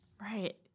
Right